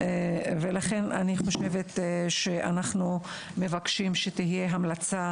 לכן, אני חושבת שאנחנו מבקשים שתהיה המלצה